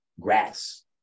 grass